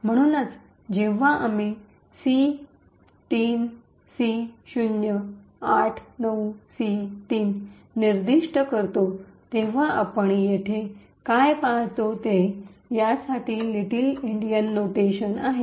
म्हणूनच जेव्हा आम्ही C3C089C3 निर्दिष्ट करतो तेव्हा आपण येथे काय पाहतो ते यासाठी लिटल एंडियन नोटेशन आहे